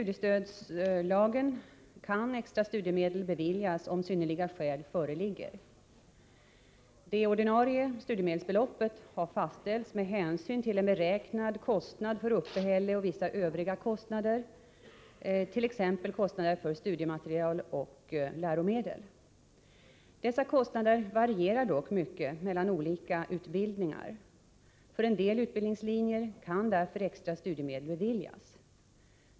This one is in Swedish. Det ordinarie studiemedelsbeloppet har fastställts med hänsyn till en beräknad kostnad för uppehälle och vissa övriga kostnader, t.ex. kostnader för studiematerial och läromedel. Dessa kostnader varierar dock mycket mellan olika utbildningar. För en del utbildningslinjer kan därför extra studiemedel beviljas.